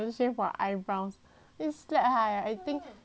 会 slack 他 eh I think